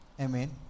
Amen